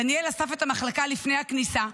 דניאל אסף את המחלקה לפני הכניסה,